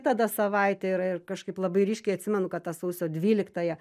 tada savaitė yra ir kažkaip labai ryškiai atsimenu kad tą sausio dvyliktąją